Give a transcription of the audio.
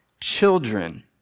children